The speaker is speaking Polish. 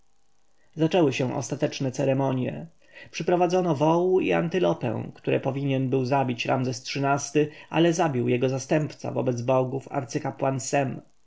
zaczęły się ostateczne ceremonje przyprowadzono wołu i antylopę które powinien zabić ramzes xiii-ty ale zabił jego zastępca wobec bogów arcykapłan sem